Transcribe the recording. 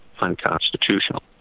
unconstitutional